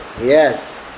Yes